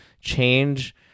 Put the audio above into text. change